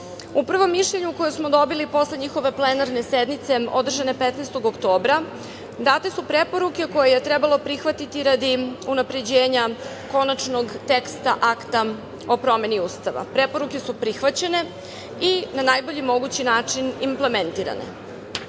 prvom mišljenju koje smo dobili posle njihove plenarne sednice, održane 15. oktobra, date su preporuke koje je trebalo prihvatiti radi unapređenja konačnog teksta Akta o promeni Ustava. Preporuke su prihvaćene i na najbolji mogući način implementirane. Uvek